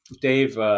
Dave –